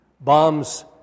Bombs